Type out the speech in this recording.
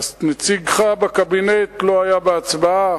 נציגך בקבינט לא היה בהצבעה,